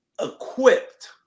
equipped